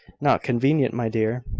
not convenient, my dear!